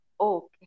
Okay